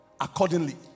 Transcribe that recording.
accordingly